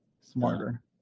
smarter